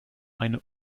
eine